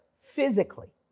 physically